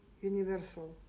universal